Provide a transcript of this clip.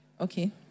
Okay